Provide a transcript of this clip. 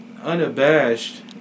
unabashed